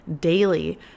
daily